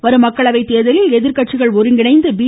வரும் மக்களவைத் தேர்தலில் எதிர்கட்சிகள் ஒருங்கிணைந்து பி